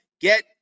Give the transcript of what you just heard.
get